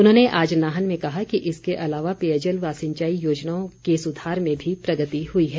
उन्होंने आज नाहन में कहा कि इसके अलावा पेयजल व सिंचाई योजनाओं के सुधार में भी प्रगति हुई है